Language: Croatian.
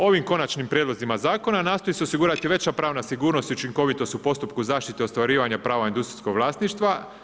Ovim konačnim prijedlozima zakona nastoji se osigurati veća pravna sigurnost i učinkovitost u postupku zaštite ostvarivanja prava industrijskog vlasništva.